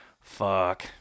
Fuck